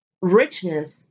richness